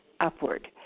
upward